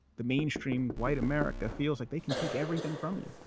the mainstream white america feels like they can take everything from you.